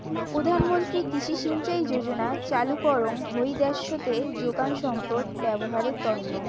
প্রধান মন্ত্রী কৃষি সিঞ্চাই যোজনা চালু করঙ হই দ্যাশোত যোগান সম্পদত ব্যবহারের তন্ন